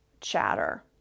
chatter